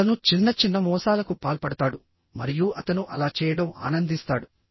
అతను చిన్నచిన్న మోసాలకు పాల్పడతాడు మరియు అతను అలా చేయడం ఆనందిస్తాడు